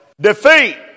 defeat